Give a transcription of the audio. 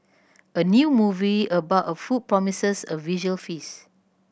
a new movie about a food promises a visual feast